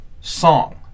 song